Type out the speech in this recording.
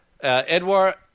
Edward